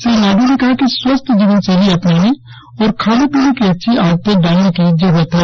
श्री नायडू ने कहा कि स्वस्थ जीवन शैली अपनाने और खाने पीने की अच्छी आदतें डालने की जरुरत है